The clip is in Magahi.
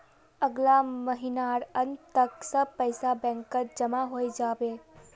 अगला महीनार अंत तक सब पैसा बैंकत जमा हइ जा बे